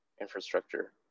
infrastructure